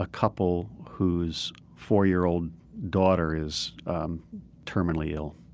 a couple whose four-year-old daughter is terminally ill,